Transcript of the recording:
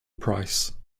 prize